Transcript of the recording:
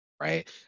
right